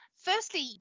Firstly